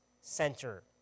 center